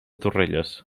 torrelles